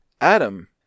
adam